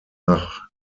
nach